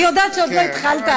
אני יודעת שעוד לא התחלת,